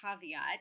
caveat